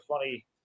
funny